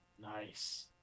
Nice